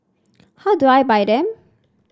how do I buy them